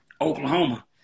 Oklahoma